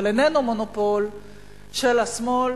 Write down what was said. של השמאל,